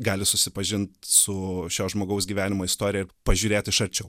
gali susipažint su šio žmogaus gyvenimo istorija ir pažiūrėt iš arčiau